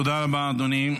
תודה רבה, אדוני.